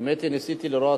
האמת היא שניסיתי לראות,